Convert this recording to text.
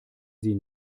sie